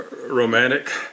romantic